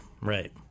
Right